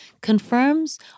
confirms